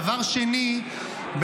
דבר שני,